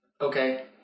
Okay